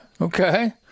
okay